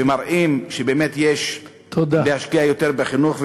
ומראים שבאמת יש להשקיע יותר בחינוך.